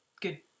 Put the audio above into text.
good